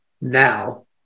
now